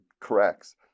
corrects